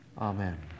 amen